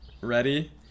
Ready